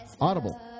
Audible